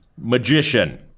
Magician